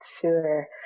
Sure